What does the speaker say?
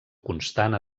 constant